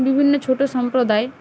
বিভিন্ন ছোটো সম্প্রদায়